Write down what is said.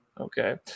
Okay